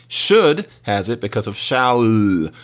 should has it because of shalu.